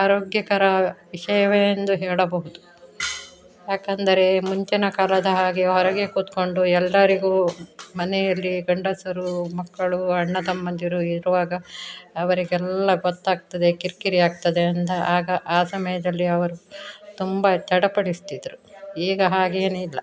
ಆರೋಗ್ಯಕರ ವಿಷಯವೇ ಎಂದು ಹೇಳಬಹುದು ಯಾಕೆಂದರೆ ಮುಂಚಿನ ಕಾಲದ ಹಾಗೆ ಹೊರಗೆ ಕೂತ್ಕೊಂಡು ಎಲ್ಲರಿಗೂ ಮನೆಯಲ್ಲಿ ಗಂಡಸರು ಮಕ್ಕಳು ಅಣ್ಣ ತಮ್ಮಂದಿರು ಇರುವಾಗ ಅವರಿಗೆಲ್ಲ ಗೊತ್ತಾಗ್ತದೆ ಕಿರಿಕಿರಿಯಾಗ್ತದೆ ಅಂತ ಆಗ ಆ ಸಮಯದಲ್ಲಿ ಅವರು ತುಂಬ ಚಡಪಡಿಸ್ತಿದ್ದರು ಈಗ ಹಾಗೇನು ಇಲ್ಲ